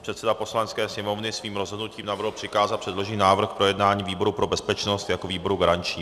Předseda Poslanecké sněmovny svým rozhodnutím navrhl přikázat předložený návrh k projednání výboru pro bezpečnost jako výboru garančnímu.